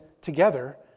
together